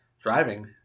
driving